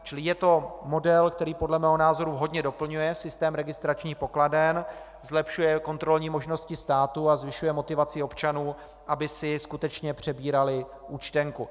Čili je to model, který podle mého názoru vhodně doplňuje systém registračních pokladen, zlepšuje kontrolní možnosti státu a zvyšuje motivaci občanů, aby si skutečně přebírali účtenku.